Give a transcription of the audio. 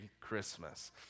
Christmas